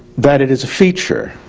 that it is a feature